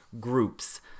groups